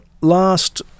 last